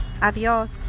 Adiós